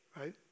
right